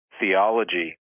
theology